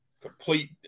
complete